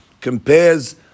compares